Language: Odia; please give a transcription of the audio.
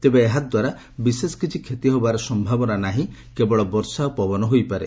ତେବେ ଏହା ଦ୍ୱାରା ବିଶେଷ କିଛି କ୍ଷତି ହେବାର ସମ୍ଭାବନା ନାହିଁ କେବଳ ବର୍ଷା ଓ ପବନ ହୋଇପାରେ